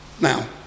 Now